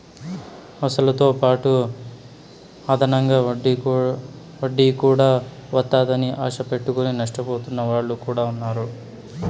అసలుతోపాటు అదనంగా వడ్డీ కూడా వత్తాదని ఆశ పెట్టుకుని నష్టపోతున్న వాళ్ళు కూడా ఉన్నారు